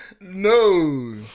No